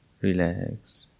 Relax